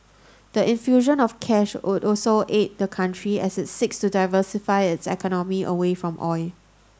the infusion of cash would also aid the country as it seeks to diversify its economy away from oil